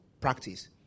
practice